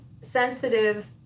sensitive